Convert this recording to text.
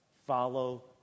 follow